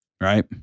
right